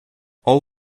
all